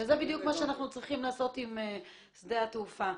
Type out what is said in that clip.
זה בדיוק מה שאנחנו צריכים לעשות עם שדה התעופה.